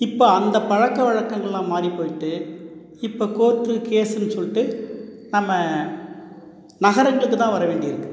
இப்ப அந்தப் பழக்க வழக்கங்கள்லாம் மாறிப் போயிட்டு இப்போ கோர்ட்டு கேஸுன்னு சொல்லிட்டு நம்ம நகரங்களுக்கு தான் வர வேண்டிருக்குது